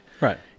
right